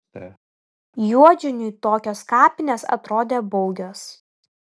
juodžiūnui tokios kapinės atrodė baugios